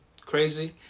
crazy